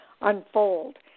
unfold